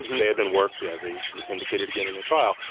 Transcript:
they had been worked as a indicated again in a trial.